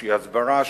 איזושהי הסברה,